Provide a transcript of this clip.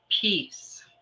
peace